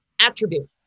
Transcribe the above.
attribute